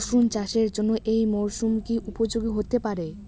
রসুন চাষের জন্য এই মরসুম কি উপযোগী হতে পারে?